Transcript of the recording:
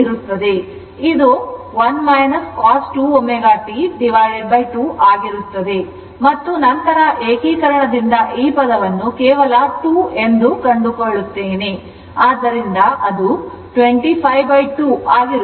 ಆದ್ದರಿಂದ ಇದು 1 cos 2 ω T2 ಆಗಿರುತ್ತದೆ ಮತ್ತು ನಂತರ ಏಕೀಕರಣದಿಂದ ಈ ಪದವನ್ನು ಕೇವಲ 2 ಮಾತ್ರ ಎಂದು ಕಂಡುಕೊಳ್ಳುತ್ತೇನೆ ಅದು 252 ಆಗಿರುತ್ತದೆ